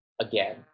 again